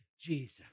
Jesus